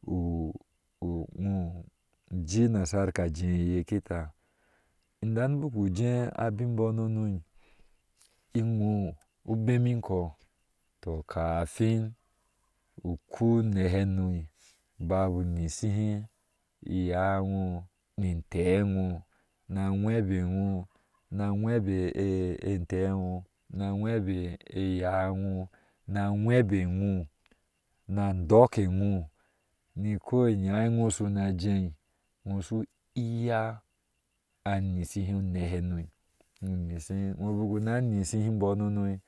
wee nasarke a jee eye kita indan bik uje abin bɔɔnano inwɔɔ bemi inkɔɔ, tɔ kafin ukpo unce hano babu nyshihe iyaawɔɔ ni intewɔɔ na aweebewɔɔ na aweebe in tewɔɔ na aweebe oh, imtewɔɔ na awebe wɔɔ na adɔke wɔɔni ko inyaa ewɔɔ shu na jee wɔɔ inyshihe unee, hano nishihe wɔɔ bik una nishi him bɔɔ nono